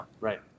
Right